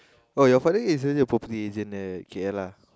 oh your father is actually a property agent there okay ya lah